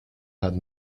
had